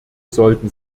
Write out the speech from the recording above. sollten